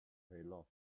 heller